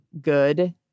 good